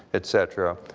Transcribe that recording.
etc.